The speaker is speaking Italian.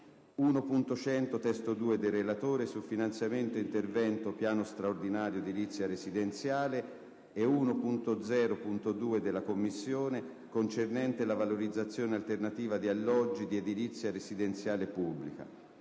1.100 (testo 2), del relatore, su finanziamento interventi piano straordinario edilizia residenziale e 1.0.2, della Commissione, concernente valorizzazione alternativa di alloggi di edilizia residenziale pubblica;